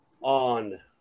on